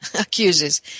accuses